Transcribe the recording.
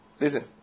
listen